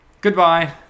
Goodbye